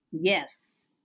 Yes